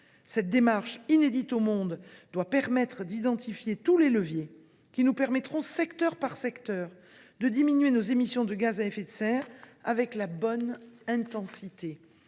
cette démarche inédite dans le monde nous pourrons identifier tous les leviers qui nous permettront, secteur par secteur, de diminuer nos émissions de gaz à effet de serre avec la bonne intensité.